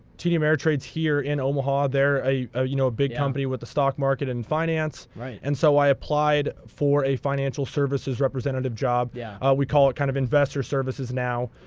td ameritrade's here in omaha. they're a ah you know a big company with the stock market and finance. right. and so i applied for a financial services representative job. yeah. we call it kind of investor services now.